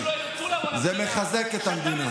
זה מחזק את המדינה.